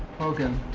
hogan,